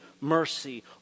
mercy